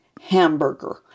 Hamburger